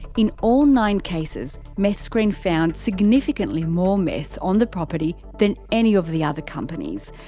in all nine cases, meth screen found significantly more meth on the property than any of the other companies.